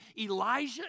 Elijah